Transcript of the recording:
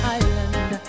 island